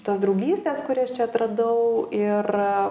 tos draugystės kurias čia atradau ir